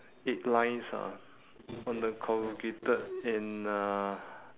eight lines ah on the corrugated and uh